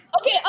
okay